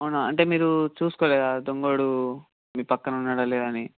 అవునా అంటే మీరు చూసుకోలేదా దొంగోడు మీ పక్కన ఉన్నాడా లేదా అని